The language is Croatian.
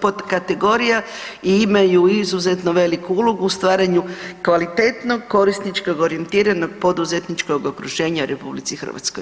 potkategorija i imaju izuzetno veliku ulogu u stvaranju kvalitetnog korisničkog orijentiranog poduzetničkog okruženja u RH.